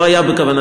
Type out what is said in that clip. לא היה בכוונתכם,